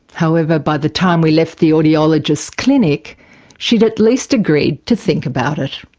however, by the time we left the audiologist's clinic she'd at least agreed to think about it.